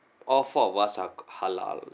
all four of us uh halal